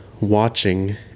watching